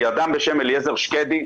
מאליעזר שקדי,